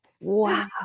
Wow